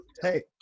Hey